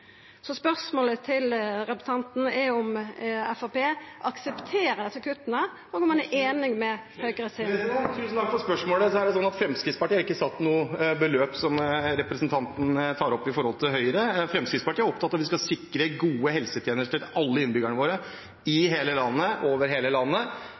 Så spørsmålet til representanten er om Framstegspartiet aksepterer desse kutta og om han er einig i dette. Tusen takk for spørsmålet. Fremskrittspartiet har ikke satt noe beløp, som representanten tar opp når det gjelder Høyre. Fremskrittspartiet er opptatt av at vi skal sikre gode helsetjenester til alle innbyggerne våre i hele landet.